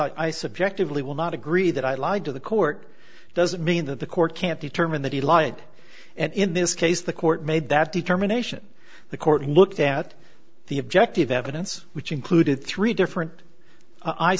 i subjectively will not agree that i lied to the court doesn't mean that the court can't determine that he lied and in this case the court made that determination the court looked at the objective evidence which included three different i